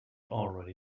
already